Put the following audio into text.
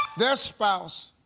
their spouse.